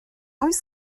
oes